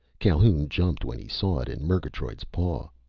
calhoun jumped when he saw it in murgatroyd's paw.